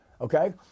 okay